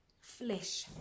Flesh